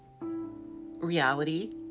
reality